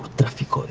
the fuck